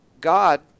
God